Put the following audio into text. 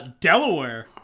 Delaware